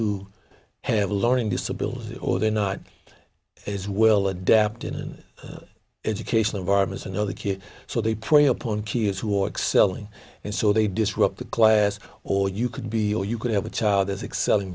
who have a learning disability or they're not as well adept in an educational environment and other kids so they prey upon kids who are excelling and so they disrupt the class or you could be or you could have a child as excelling